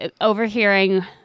overhearing